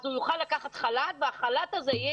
אז הוא יוכל לקחת חל"ת והחל"ת הזה יהיה